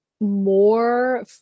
more